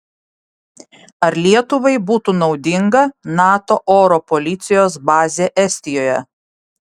ar lietuvai būtų naudinga nato oro policijos bazė estijoje